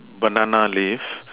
banana leaf